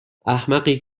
احمقی